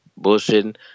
bullshitting